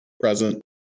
Present